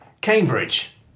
Cambridge